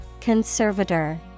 Conservator